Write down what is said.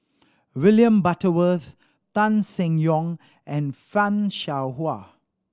William Butterworth Tan Seng Yong and Fan Shao Hua